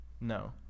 No